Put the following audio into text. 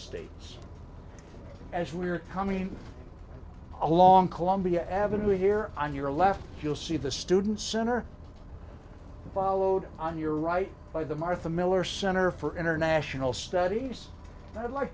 states as we are coming along columbia avenue here on your left you'll see the student center followed on your right by the martha miller center for international studies that i'd like